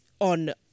on